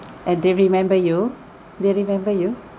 and they remember you they remember you